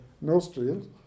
nostrils